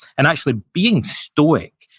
and actually, being stoic,